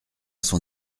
sont